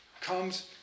comes